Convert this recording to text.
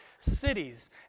cities